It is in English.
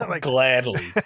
Gladly